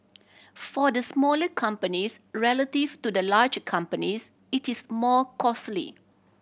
for the smaller companies relative to the large companies it is more costly